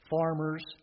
farmers